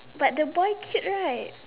but the boy cute right